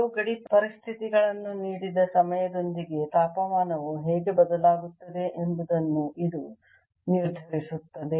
ಕೆಲವು ಗಡಿ ಪರಿಸ್ಥಿತಿಗಳನ್ನು ನೀಡಿದ ಸಮಯದೊಂದಿಗೆ ತಾಪಮಾನವು ಹೇಗೆ ಬದಲಾಗುತ್ತದೆ ಎಂಬುದನ್ನು ಇದು ನಿರ್ಧರಿಸುತ್ತದೆ